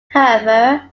however